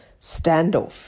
standoff